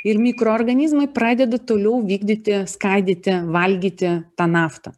ir mikroorganizmai pradeda toliau vykdyti skaidyti valgyti tą naftą